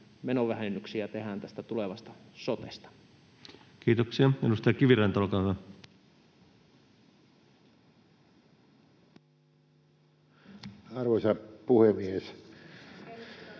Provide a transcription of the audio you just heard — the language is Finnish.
menovähennyksiä tehdään tästä tulevasta sotesta. Kiitoksia. — Edustaja Kiviranta, olkaa hyvä. Arvoisa puhemies!